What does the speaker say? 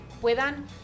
puedan